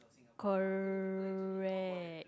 correct